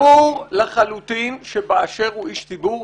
ברור לחלוטין ש'באשר הוא איש ציבור',